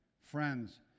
friends